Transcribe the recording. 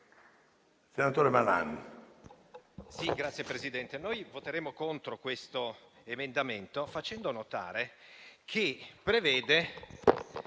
senatore Malan